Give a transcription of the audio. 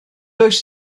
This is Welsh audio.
does